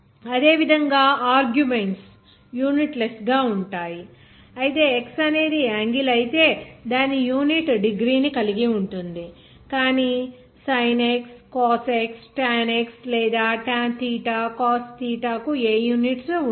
అదేవిధంగా arguments unitless గా ఉంటాయి అయితే X అనేది యాంగిల్ ఐతే దాని యూనిట్ డిగ్రీని కలిగి ఉంటుంది కానీ sinXcosX tanX లేదా tan theta cos theta కు ఏ యూనిట్స్ ఉండవు